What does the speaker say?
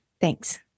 Thanks